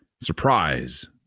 Surprise